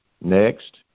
next